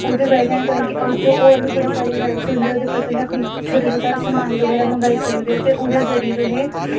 ओह्दी बजह् कन्नै तुसें जो होर बी बड़ी सारी साईटस होंदी ओह्दे पर तुसें अपनी छोटा छोटा समान बगैरा मंगाई सकदे ओ ते ओह्दे जरिए तुसें